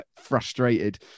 frustrated